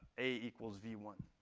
a equals v one.